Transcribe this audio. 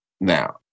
now